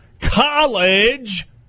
college